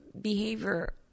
behavior